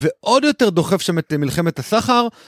ועוד יותר דוחף שם את מלחמת הסחר.